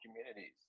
communities